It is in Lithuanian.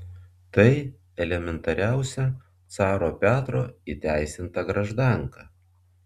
tai elementariausia caro petro įteisinta graždanka